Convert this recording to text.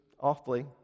awfully